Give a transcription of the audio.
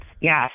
Yes